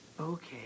Okay